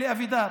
אלי אבידר,